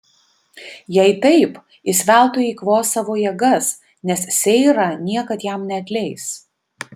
jei taip jis veltui eikvos savo jėgas nes seira niekad jam neatleis